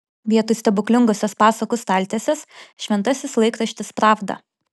vietoj stebuklingosios pasakų staltiesės šventasis laikraštis pravda